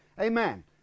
Amen